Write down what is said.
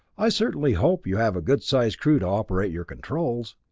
i certainly hope you have a good-sized crew to operate your controls!